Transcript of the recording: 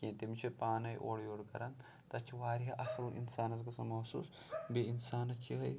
کیٚنٛہہ تِم چھِ پانٔے اورٕ یورٕ کَران تَتہِ چھُ واریاہ اصٕل اِنسانَس گژھان محسوٗس بیٚیہِ اِنسانَس چھُ یِہوے